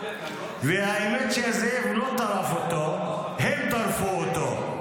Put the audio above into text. והאמת היא שהזאב לא טרף אותו, הם טרפו אותו.